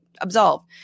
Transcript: absolve